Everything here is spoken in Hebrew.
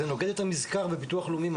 זה נוגד את המזכר בביטוח הלאומי.